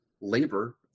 labor